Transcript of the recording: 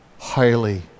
highly